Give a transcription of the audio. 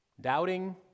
doubting